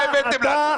מה הבאתם לנו?